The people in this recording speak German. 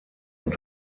und